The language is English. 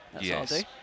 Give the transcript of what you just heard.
yes